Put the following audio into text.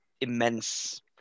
immense